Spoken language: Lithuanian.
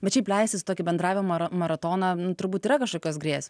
bet šiaip leistis į tokį bendravimą mar maratoną turbūt yra kažkokios grėsm